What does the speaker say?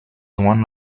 one